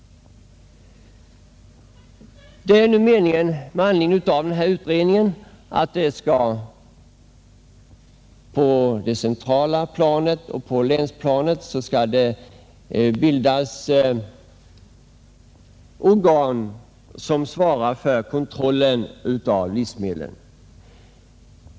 Avsikten är att det på det centrala planet och på länsplanet skall bildas organ som svarar för kontrollen av livsmedlen.